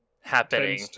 happening